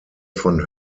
von